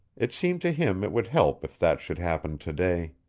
it seemed to him it would help if that should happen today.